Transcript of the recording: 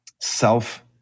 self